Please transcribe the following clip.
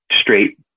straight